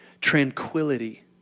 tranquility